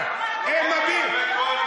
שאתה רוצה.